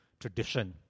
tradition